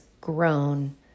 grown